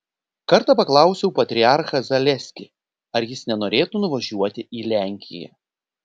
kartą paklausiau patriarchą zaleskį ar jis nenorėtų nuvažiuoti į lenkiją